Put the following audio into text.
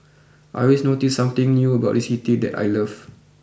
I always notice something new about this city that I love